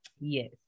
Yes